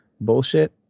bullshit